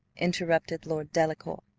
interrupted lord delacour,